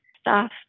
staff